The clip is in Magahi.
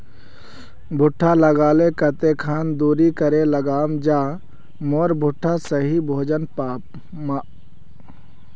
भुट्टा लगा ले कते खान दूरी करे लगाम ज मोर भुट्टा सही भोजन पाम?